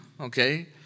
okay